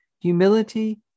Humility